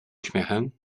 uśmiechem